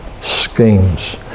schemes